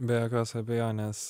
be jokios abejonės